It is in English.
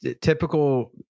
typical